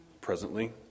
presently